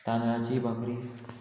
तांदळाची बाकरी